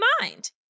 mind